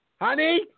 honey